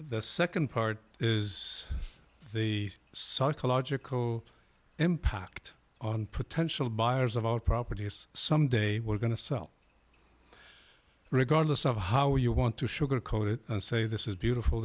the nd part is the psychological impact on potential buyers of all properties some day we're going to sell regardless of how you want to sugarcoat it and say this is beautiful